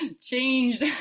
changed